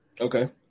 Okay